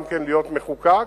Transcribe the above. גם להיות מחוקק,